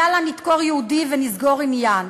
יאללה, נדקור יהודי ונסגור עניין.